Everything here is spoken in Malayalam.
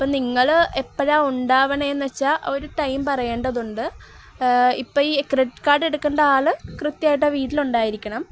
അപ്പോള് നിങ്ങള് എപ്പഴാണ് ഉണ്ടാവുന്നതെന്നുവച്ചാല് ഒരു ടൈം പറയേണ്ടതുണ്ട് ഇപ്പോള് ഈ ക്രെഡിറ്റ് കാർഡ് എടുക്കേണ്ട ആള് കൃത്യമായിട്ടു വീട്ടിലുണ്ടായിരിക്കണം